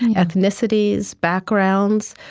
and ethnicities, backgrounds,